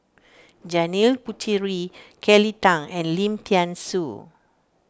Janil Puthucheary Kelly Tang and Lim thean Soo